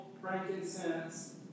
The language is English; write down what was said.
frankincense